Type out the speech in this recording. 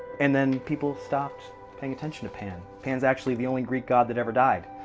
and then people stopped paying attention to pan. pan's actually the only greek god that ever died.